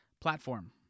platform